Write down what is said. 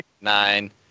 nine